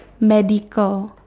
medical